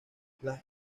las